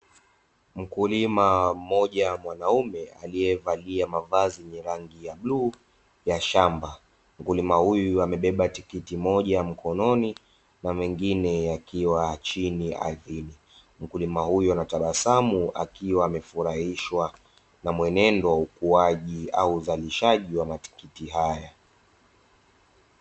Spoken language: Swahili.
Mkulima mmoja mwanaume aliyevalia mavazi yenye rangi ya bluu ya shamba, mkulima huyu amebeba tikiti moja mkononi na mengine yakiwa chini ardhini. Mkulima huyu anatabasamu akiwa amefurahishwa na mwenendo wa ukuaji au uzalishaji wa matikiti haya.